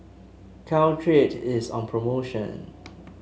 Caltrate is on promotion